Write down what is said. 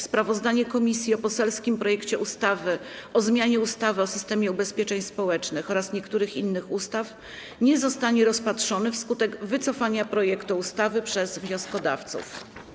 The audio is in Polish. Sprawozdanie komisji o poselskim projekcie ustawy o zmianie ustawy o systemie ubezpieczeń społecznych oraz niektórych innych ustaw nie zostanie rozpatrzony wskutek wycofania projektu ustawy przez wnioskodawców.